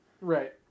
Right